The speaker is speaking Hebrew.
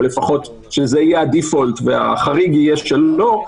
או לפחות שזה יהיה הדיפולט והחריג יהיה שלא,